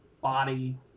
body